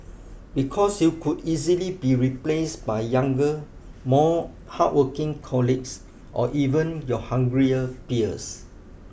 because you could easily be replaced by younger more hardworking colleagues or even your hungrier peers